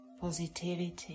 positivity